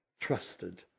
trusted